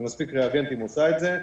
ומספיק ריאגנטים, עושה את זה.